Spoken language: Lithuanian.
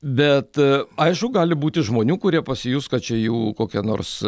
bet aišku gali būti žmonių kurie pasijus kad čia jų kokia nors